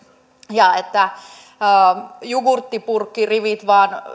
ja jugurttipurkkirivit